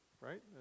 right